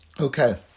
Okay